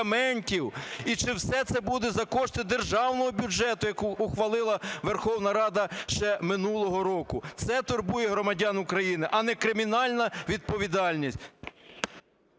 і чи все це буде за кошти державного бюджету, який ухвалила Верховна Рада ще минулого року. Це турбує громадян України, а не кримінальна відповідальність.